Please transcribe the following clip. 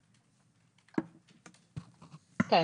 כן,